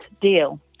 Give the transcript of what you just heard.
deal